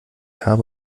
habe